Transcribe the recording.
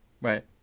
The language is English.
Right